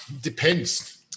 Depends